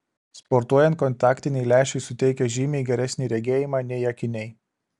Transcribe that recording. sportuojant kontaktiniai lęšiai suteikia žymiai geresnį regėjimą nei akiniai